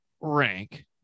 Rank